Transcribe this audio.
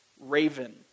raven